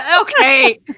okay